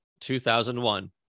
2001